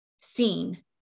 seen